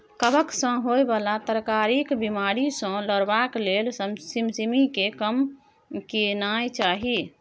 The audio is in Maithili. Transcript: कवक सँ होए बला तरकारीक बिमारी सँ लड़बाक लेल सिमसिमीकेँ कम केनाय चाही